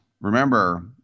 Remember